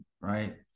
right